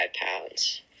pounds